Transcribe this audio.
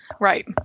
Right